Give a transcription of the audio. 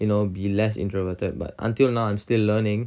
you know be less introverted but until now I'm still learning